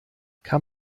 kann